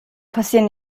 passieren